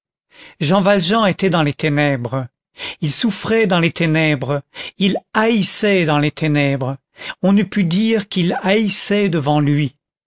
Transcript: jean valjean était dans les ténèbres il souffrait dans les ténèbres il haïssait dans les ténèbres on eût pu dire qu'il haïssait devant lui